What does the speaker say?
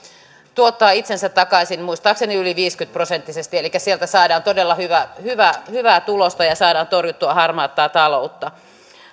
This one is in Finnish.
tuottaa itsensä takaisin muistaakseni yli viisikymmentä prosenttisesti elikkä sieltä saadaan todella hyvää tulosta ja saadaan torjuttua harmaata taloutta